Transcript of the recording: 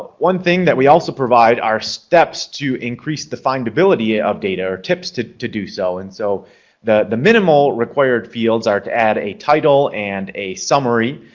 one thing that we also provide are steps to increase the find ability of data or tips to to do so. and so the the minimal required fields are to add a title and a summary,